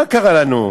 מה קרה לנו?